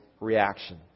reaction